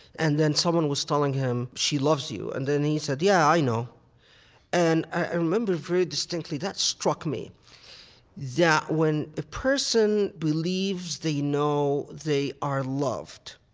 and then someone was telling him, she loves you and then he said, yeah, i know and i remember very distinctly that struck me that when a person believes they know they are loved,